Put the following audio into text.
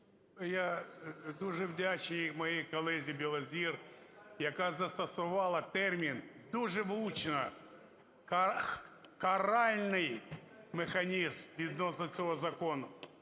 Я дуже вдячний моїй колезі Білозір, яка застосувала термін дуже влучно "каральний механізм" відносно цього закону.